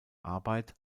arbeit